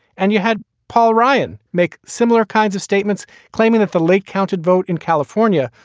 and you had paul ryan make similar kinds of statements claiming that the lake counted vote in california,